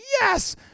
yes